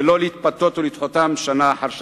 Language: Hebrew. ולא להתפתות ולדחותם שנה אחר שנה.